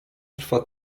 trwa